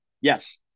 Yes